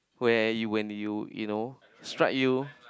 where you when you you know strike you